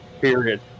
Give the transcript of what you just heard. period